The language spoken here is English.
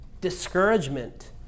Discouragement